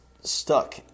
stuck